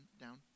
down